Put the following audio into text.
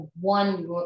one